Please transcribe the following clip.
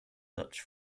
dutch